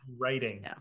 writing